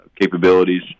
capabilities